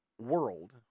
world